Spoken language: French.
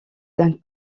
d’un